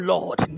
Lord